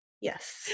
Yes